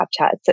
Snapchat